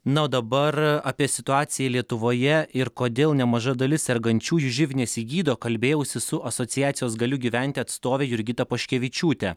na o dabar apie situaciją lietuvoje ir kodėl nemaža dalis sergančiųjų živ nesigydo kalbėjausi su asociacijos galiu gyventi atstove jurgita poškevičiūte